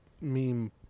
meme